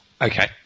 Okay